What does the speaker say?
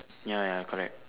ya ya correct